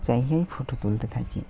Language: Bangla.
জায়গায় ফোটো তুলতে থাকি